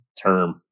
term